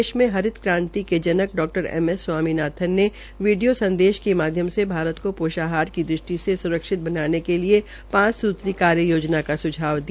देश में हरित क्रांति के जनक डा एम एस स्वामीनाथन ने वीडियो संदेश के माध्यम से भारत को पोषाहार की दृष्टि से स्रक्षित बनाने के लिए पांच सूत्री कार्ययोजना का स्झाव दिया